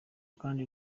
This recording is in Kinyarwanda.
kandi